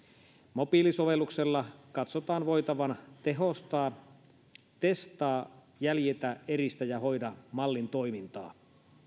mobiilisovelluksella katsotaan voitavan tehostaa testaa jäljitä eristä ja hoida mallin toimintaa